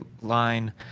line